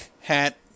hat